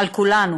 על כולנו,